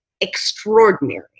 extraordinary